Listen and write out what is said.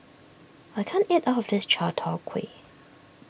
I can't eat all of this Chai Tow Kuay